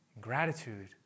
Gratitude